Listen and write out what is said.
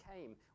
came